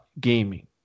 gaming